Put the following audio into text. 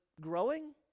growing